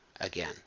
again